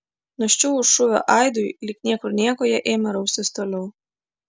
nuščiuvus šūvio aidui lyg niekur nieko jie ėmė raustis toliau